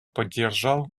поддержал